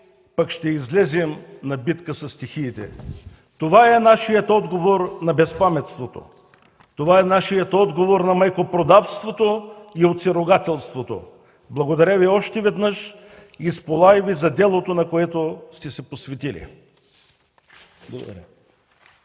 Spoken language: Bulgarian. пък ще излезем на битка със стихиите”. Това е нашият отговор на безпаметството. Това е нашият отговор на майкопродавството и отцеругателството. Благодаря Ви още веднъж и сполай Ви за делото, на което сте се посветили.